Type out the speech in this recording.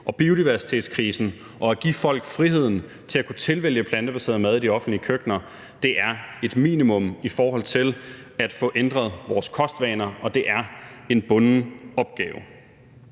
og biodiversitetskrisen. Og at give folk friheden til at kunne tilvælge plantebaseret mad i de offentlige køkkener er et minimum i forhold til at få ændret vores kostvaner, og det er en bunden opgave.